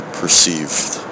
perceived